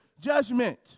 judgment